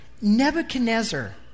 Nebuchadnezzar